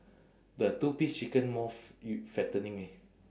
the two piece chicken more f~ y~ fattening eh